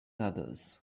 others